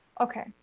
okay